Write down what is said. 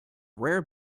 rare